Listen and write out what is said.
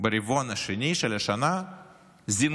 ברבעון השני של השנה זינקו